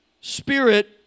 spirit